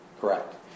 Correct